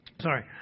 sorry